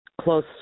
close